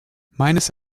meines